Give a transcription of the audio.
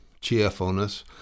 cheerfulness